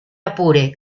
apure